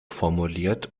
formuliert